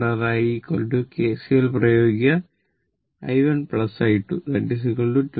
കൂടാതെ I KCL പ്രയോഗിക്കുക I 1 I 2 22